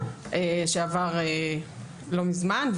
שעבר לא מזמן.